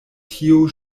tio